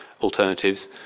alternatives